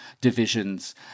divisions